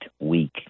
week